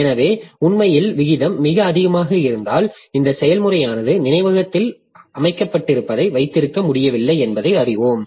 எனவே உண்மையான விகிதம் மிக அதிகமாக இருந்தால் இந்த செயல்முறையானது நினைவகத்தில் அமைக்கப்பட்டிருப்பதை வைத்திருக்க முடியவில்லை என்பதை அறிவோம்